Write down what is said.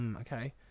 Okay